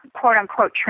quote-unquote